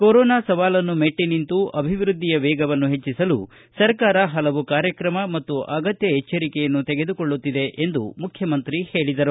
corona ಸವಾಲನ್ನು ಮೆಟ್ಟನಿಂತು ಅಭಿವೃದ್ದಿಯ ವೇಗವನ್ನು ಪೆಟ್ಟಿಸಲು ಸರ್ಕಾರ ಪಲವು ಕಾರ್ಯಕ್ರಮ ಮತ್ತು ಅಗತ್ಯ ಎಚ್ಚರಿಕೆಯನ್ನು ತೆಗೆದುಕೊಳ್ಳುತ್ತಿದೆ ಎಂದು ಮುಖ್ಯಮಂತ್ರಿ ಹೇಳಿದರು